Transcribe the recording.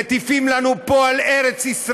מטיפים לנו פה על ארץ-ישראל,